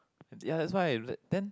ya that's why then